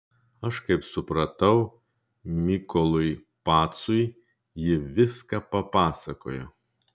aš kaip supratau mykolui pacui ji viską papasakojo